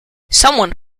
someone